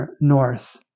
North